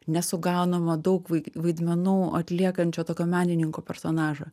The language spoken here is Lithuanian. nesugaunamo daug vai vaidmenų atliekančio tokio menininko personažą